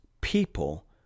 people